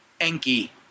Enki